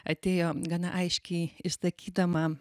atėjo gana aiškiai išsakydama